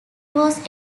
was